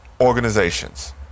organizations